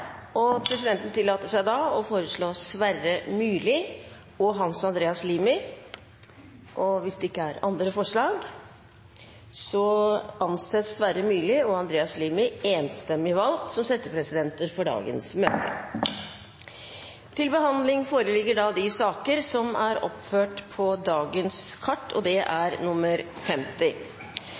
vedtatt. Presidenten vil foreslå Sverre Myrli og Hans Andreas Limi. – Andre forslag foreligger ikke, og Sverre Myrli og Hans Andreas Limi anses enstemmig valgt som settepresidenter for dagens møte. Før sakene på dagens kart